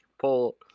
pull